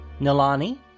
Nilani